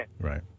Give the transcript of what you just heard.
Right